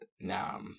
now